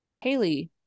Haley